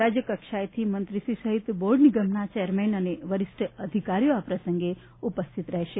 રાજ્યકક્ષાએથી મંત્રીશ્રી સહિત બોર્ડ નિગમના ચેરમેન અને વરિષ્ઠ અધિકારીઓ પણ ઉપસ્થિત રહેશે